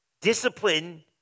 Discipline